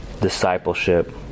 discipleship